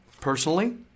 personally